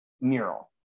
mural